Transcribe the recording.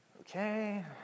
Okay